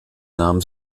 nahm